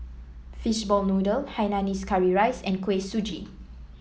Fishball Noodle Hainanese Curry Rice and Kuih Suji